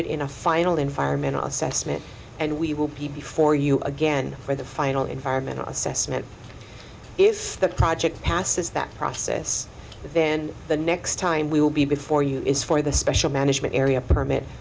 it in a final environmental assessment and we will be before you again for the final environmental assessment if the project passes that process then the next time we will be before you is for the special management area permit